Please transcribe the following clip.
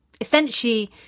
essentially